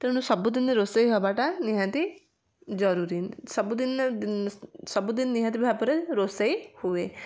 ତେଣୁ ସବୁଦିନେ ରୋଷେଇ ହବଟା ନିହାତି ଜରୁରୀ ସବୁଦିନେ ସବୁଦିନ ନିହାତି ଭାବରେ ରୋଷେଇ ହୁଏ